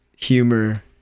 Humor